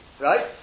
right